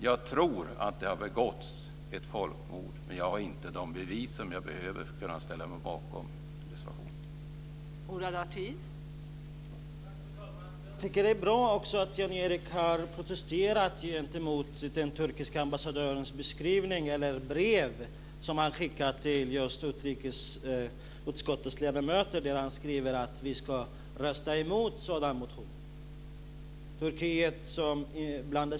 Jag tror att det har begåtts ett folkmord, men jag har inte de bevis som jag behöver för att kunna ställa mig bakom reservationen.